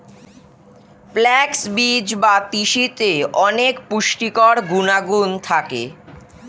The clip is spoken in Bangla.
ফ্ল্যাক্স বীজ বা তিসিতে অনেক পুষ্টিকর গুণাগুণ থাকে